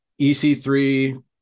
EC3